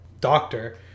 doctor